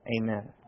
Amen